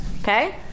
Okay